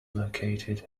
located